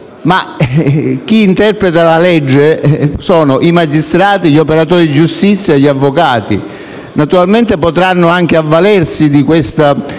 chi interpreta la legge sono i magistrati, gli operatori giustizia e gli avvocati. Naturalmente potranno anche avvalersi di questo